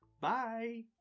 bye